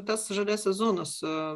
tas žaliasis zonas a